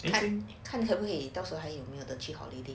看看可不可以到时候还有没有的去 holiday